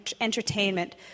entertainment